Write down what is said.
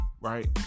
right